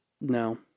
No